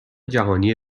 جهانی